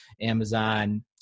Amazon